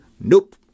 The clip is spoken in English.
nope